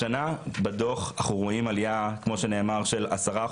השנה בדוח אנחנו רואים עלייה כמו שנאמר של 10%,